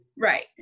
Right